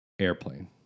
Airplane